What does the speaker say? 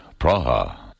Praha